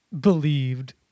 believed